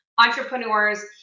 entrepreneurs